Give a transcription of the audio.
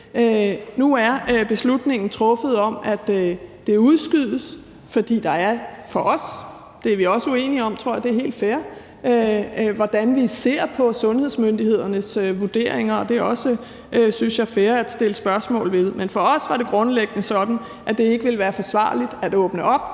Nu er beslutningen om, at det udskydes, truffet. Jeg tror også, at vi er uenige om, hvordan vi ser på sundhedsmyndighedernes vurderinger, og det er helt fair, og jeg synes også, det er fair at stille spørgsmål til det. Men for os var det grundlæggende sådan, at det ikke ville være forsvarligt at åbne op